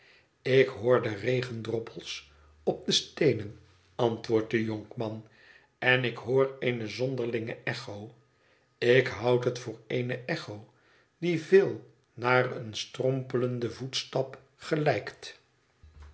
ik hoor de regendroppels op de steenen antwoordt de jonkman en ik hoor eene zonderlinge echo ik houd het voor eene echo die veel naar een strompelenden voetstap gelijkt